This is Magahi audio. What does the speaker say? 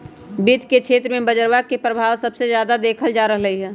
वित्त के क्षेत्र में बजार के परभाव सबसे जादा देखल जा रहलई ह